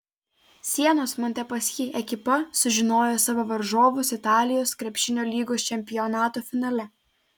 sienos montepaschi ekipa sužinojo savo varžovus italijos krepšinio lygos čempionato finale